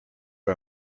are